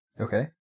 Okay